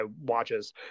watches